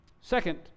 Second